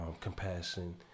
compassion